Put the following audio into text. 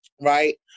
right